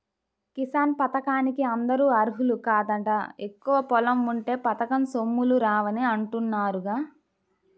కిసాన్ పథకానికి అందరూ అర్హులు కాదంట, ఎక్కువ పొలం ఉంటే పథకం సొమ్ములు రావని అంటున్నారుగా